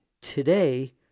today-